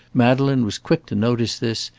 madeleine was quick to notice this,